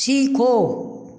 सीखो